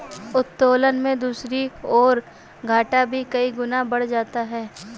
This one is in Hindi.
उत्तोलन में दूसरी ओर, घाटा भी कई गुना बढ़ जाता है